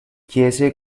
chiese